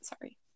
sorry